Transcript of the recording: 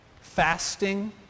Fasting